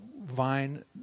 vine